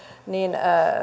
niin